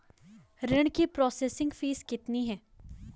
ऋण की processing fee कितनी है?